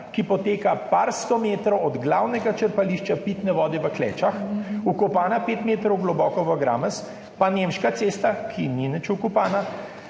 ki poteka nekaj 100 metrov od glavnega črpališča pitne vode v Klečah, vkopana pet metrov globoko v gramoz, pa Nemška cesta, ki ni nič vkopana.